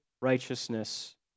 righteousness